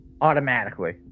Automatically